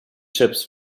ships